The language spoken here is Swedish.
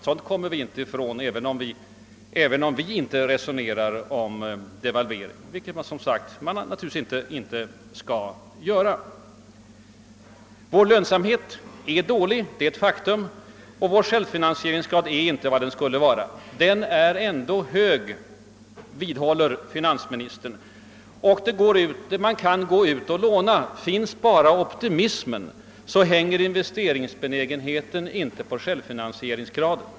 Sådant kommer vi inte ifrån, även om vi inte pratar om devalvering, vilket vi som sagt inte bör göra i onödan. Det är också ett faktum att vår lönsamhet är dålig. Vår självfinansieringsgrad är inte heller vad den borde vara. Den är ändå hög, vidhåller finansministern, och man har möjligheter att låna. Finns bara optimismen, menar finansministern, hänger investeringsbenägenheten inte på självfinansieringsgraden.